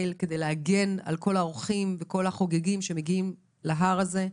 כדי להגן על כל האורחים ועל כל החוגגים שמגיעים להר הזה.